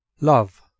LOVE